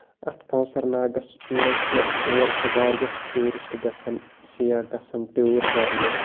اَتھ کونسر ناگَس منٛز چھُ اور چھُ واریاہ ٹیوٗرِسٹ گژھان سِیاہ گژھان ٹوٗر کرنہِ